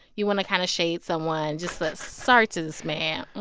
you want to kind of shade someone, just sorry to this man.